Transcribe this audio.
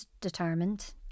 Determined